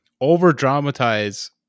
over-dramatize